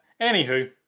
Anywho